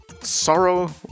sorrow